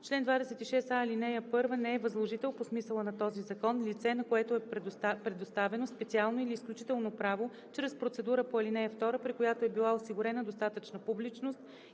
„Чл. 26а. (1) Не е възложител по смисъла на този закон лице, на което е предоставено специално или изключително право чрез процедура по ал. 2, при която е била осигурена достатъчна публичност,